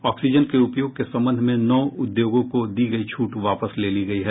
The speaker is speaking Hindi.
ऑक्सीजन के उपयोग के संबंध में नौ उद्योगों को दी गई छूट वापस ले ली गई है